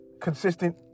consistent